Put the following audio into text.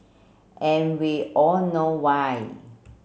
and we all know why